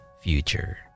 future